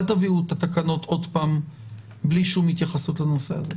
אל תביאו עוד פעם את התקנות בלי כל התייחסות לנושא הזה.